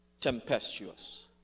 tempestuous